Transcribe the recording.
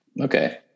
Okay